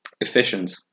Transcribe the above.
Efficient